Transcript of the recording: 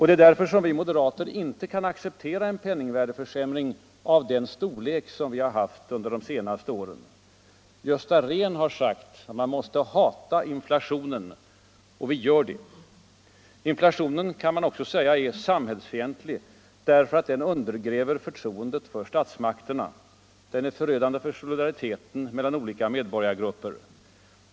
Det är därför vi moderater inte kan acceptera en penningvärdeförsämring av den storlek som vi haft under de senaste åren. Gösta Rehn har sagt att man måste ”hata inflationen”. Vi gör det. Inflationen, kan man också säga, är samhällsfientlig därför att den undergräver förtroendet för statsmakterna. Den är förödande för solidariteten mellan olika medborgargrupper.